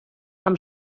amb